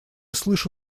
слышу